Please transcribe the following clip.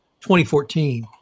2014